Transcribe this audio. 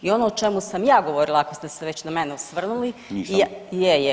I ono o čemu sam ja govorila, ako ste se već na mene osvrnuli [[Upadica Glavašević: Nisam.]] Je, je.